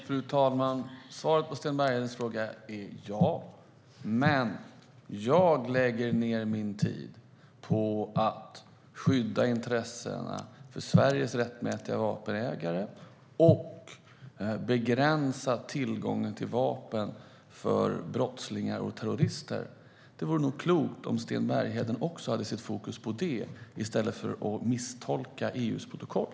Fru talman! Svaret på Sten Berghedens fråga är ja. Men jag lägger min tid på att skydda intressena för Sveriges rättmätiga vapenägare och begränsa tillgången till vapen för brottslingar och terrorister. Det vore nog klokt om också Sten Bergheden hade sitt fokus på det, i stället för att misstolka EU:s protokoll.